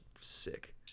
sick